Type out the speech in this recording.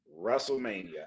wrestlemania